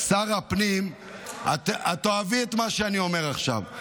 את תאהבי את מה שאני אומר עכשיו.